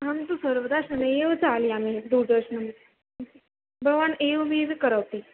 अहं तु सर्वदा शनैः एव चालयामि दूरदर्शनं भवान् एवमेव करोति